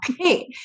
Okay